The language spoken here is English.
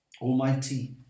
Almighty